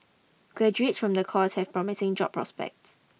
graduates from the course have promising job prospects